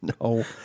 No